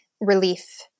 relief